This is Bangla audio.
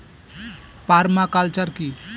পার্মা কালচার কি?